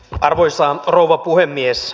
arvoisa rouva puhemies